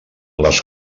les